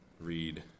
read